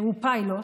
שהוא פיילוט.